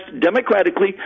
democratically